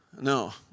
No